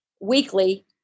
weekly